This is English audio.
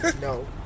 No